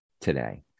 today